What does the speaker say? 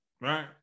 right